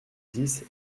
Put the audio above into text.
dix